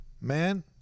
man